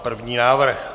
První návrh.